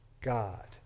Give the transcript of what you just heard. God